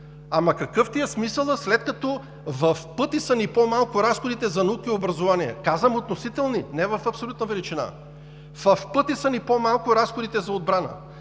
ама какъв ти е смисълът, след като в пъти ни са по-малко разходите за наука и образование? Казвам относителни, не в абсолютна величина. В пъти са по-малко разходите ни за отбрана.